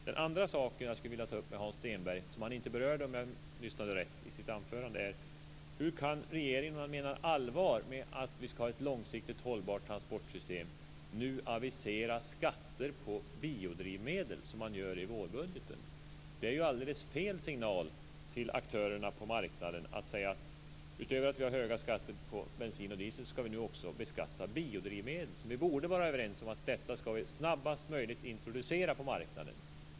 Den andra saken som jag skulle vilja ta upp med Hans Stenberg men som han inte berörde i sitt anförande är: Hur kan regeringen mena allvar med att vi skall ha ett långsiktigt hållbart transportsystem när den nu aviserar skatter på biodrivmedel i vårbudgeten? Det är alldeles fel signal till aktörerna på marknaden att säga att vi, utöver att det redan är höga skatter på bensin och diesel, också skall beskatta biodrivmedel. Vi borde vara överens om att detta snarast möjligt skall introduceras på marknaden.